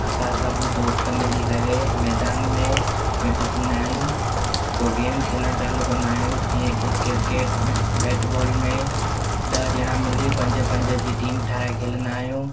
असां सभु दोस्त मिली करे मैदान में गॾु थीदा आहियूं पोइ गेम खेॾणु चालू कंदा आहियूं जीअं की क्रिकेट में बैट बॉल में ॾह ॼणा मिली पंज पंज जी टीम ठाहे खेॾंदा आहियूं